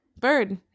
Bird